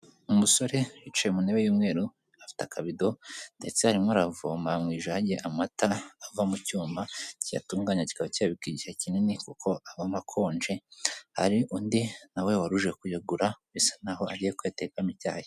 Umusore yicaye ku ntebe y'umweru afite akabedo, ndetse arimo aravoma mwijage amata ava mu cyuma kiyatunganya kikayabika igihe kinini kuko avamo akonje. Hari undi nawe wari uje kuyagura bisa naho agiye kuyatekamo icyayi.